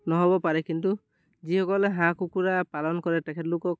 নহ'ব পাৰে কিন্তু যিসকলে হাঁহ কুকুৰা পালন কৰে তেখেতলোকক